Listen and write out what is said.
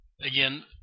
Again